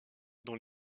dans